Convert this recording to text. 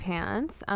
Pants